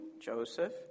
Joseph